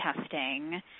testing